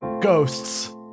Ghosts